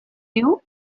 you